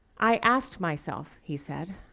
i asked myself, he said,